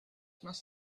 must